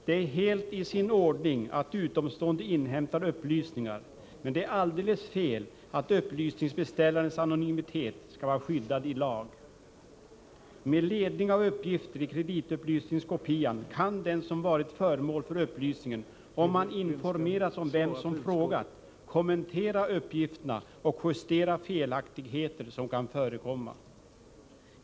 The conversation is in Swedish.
Det är helt i sin ordning att utomstående inhämtar upplysningar, men det är alldeles fel att upplysningsbeställarens anonymitet skall vara skyddad i lag. Med ledning av uppgifter i kreditupplysningskopian kan den som varit föremål för upplysningen, om han informerats om vem som frågat, kommentera uppgifterna och justera felaktigheter som kan förekomma.